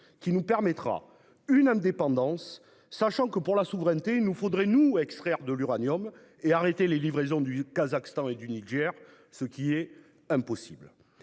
qui nous permettra une indépendance sachant que pour la souveraineté, il nous faudrait nous extraire de l'uranium et arrêté les livraisons du Kazakhstan et du Niger. Ce qui est impossible